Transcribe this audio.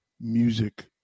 music